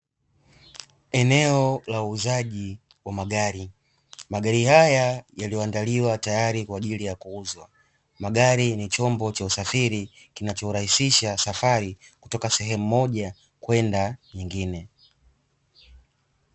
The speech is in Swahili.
Eneo la uuzaji wa magari, magari haya yaliyoandaliwa tayari kwa ajili ya kuuzwa, magari ni chombo cha usafiri kinachorahisisha safiri kutoka sehemu moja kwenda nyingine.